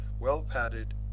well-padded